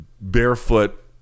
barefoot